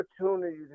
opportunity